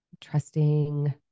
Trusting